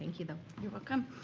you though. you're welcome.